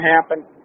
happen